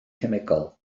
cemegol